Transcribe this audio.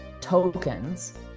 tokens